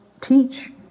teach